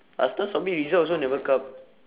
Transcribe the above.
last time submit results also never come